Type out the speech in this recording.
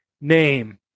name